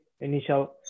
initial